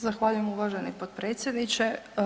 Zahvaljujem uvaženi potpredsjedniče.